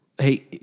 Hey